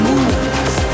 Moves